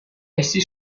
essi